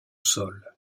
sol